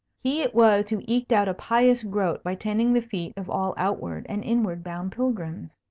he it was who eked out a pious groat by tending the feet of all outward and inward bound pilgrims.